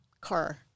car